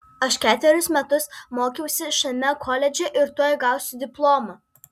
aš ketverius metus mokiausi šiame koledže ir tuoj gausiu diplomą